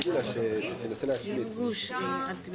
מי בעד הרוויזיה על הסתייגות מספר 65?